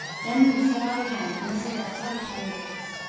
then we set out again and sailed other twenty days,